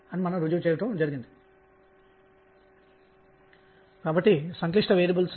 అది మనకు board model మాదిరిగానే అదే సమాధానం ఇవ్వాలి